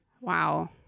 Wow